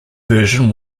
version